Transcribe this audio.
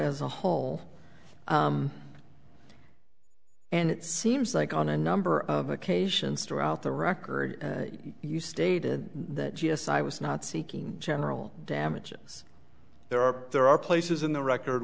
as a whole and it seems like on a number of occasions throughout the record you stated that yes i was not seeking general damages there are there are places in the record